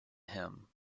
him